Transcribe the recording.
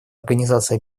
организации